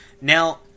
now